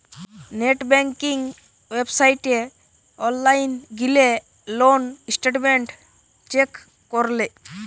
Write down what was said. net banking ওয়েবসাইটে online গিলে loan statement check করলে